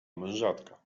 mężatka